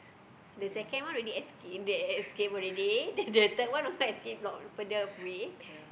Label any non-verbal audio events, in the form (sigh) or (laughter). the second one already escape they escaped already (laughs) then the third a one also escape not further away